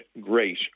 great